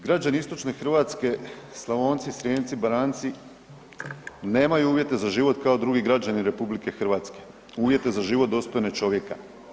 Građani istočne Hrvatske, Slavonci, Srijemci, Baranjci, nemaju uvjete za život kao drugi građani RH, uvjete za život dostojne čovjeka.